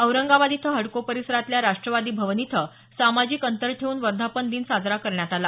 औरंगाबाद इथं हडको परिसरातल्या राष्ट्रवादी भवन इथं सामाजिक अंतर ठेऊन वर्धापन दिन साजरा करण्यात आला